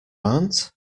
aunt